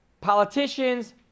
Politicians